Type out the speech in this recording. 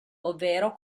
ovvero